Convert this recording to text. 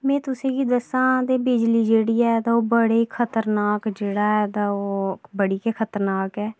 में तुसें गी दस्सां ते बिजली जेहड़ी ऐ ते ओह् बड़े खतरनाक जेहड़ा ऐ ते ओह् बड़ी गै खतरनाक ऐ